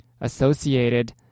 associated